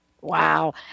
wow